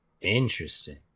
Interesting